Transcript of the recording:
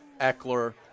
Eckler